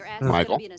Michael